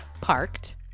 parked